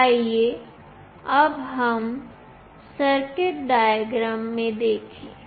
आइए अब हम सर्किट डायग्राम में देखें